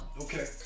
Okay